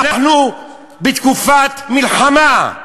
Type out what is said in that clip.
אנחנו בתקופת מלחמה,